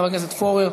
חבר הכנסת פורר